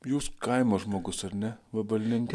jūs kaimo žmogus ar ne vabalninke